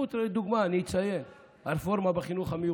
לדוגמה, אני אציין את הרפורמה בחינוך המיוחד.